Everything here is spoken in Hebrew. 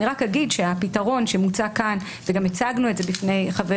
אני רק אגיד שהפתרון שמוצע כאן וגם הצגנו בפני חבר